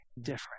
different